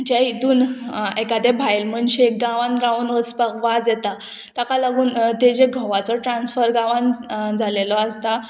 जे हितून एकादे भायल मनशेक गांवांत रावून वचपाक वाज येता ताका लागून तेजे घोवाचो ट्रान्सफर गांवान जालेलो आसता